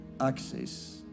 access